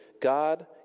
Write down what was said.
God